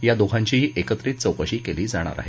या दोघांचीही एकत्रित चौकशी केली जाणार आहे